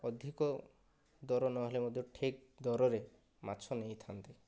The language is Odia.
ଅଧିକ ଦର ନହେଲେ ମଧ୍ୟ ଠିକ ଦରରେ ମାଛ ନେଇଥାନ୍ତି